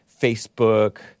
Facebook